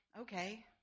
Okay